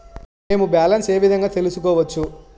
మేము బ్యాలెన్స్ ఏ విధంగా తెలుసుకోవచ్చు?